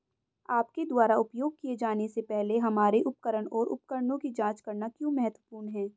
आपके द्वारा उपयोग किए जाने से पहले हमारे उपकरण और उपकरणों की जांच करना क्यों महत्वपूर्ण है?